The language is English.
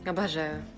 ah masha!